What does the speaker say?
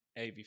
AV